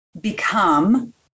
become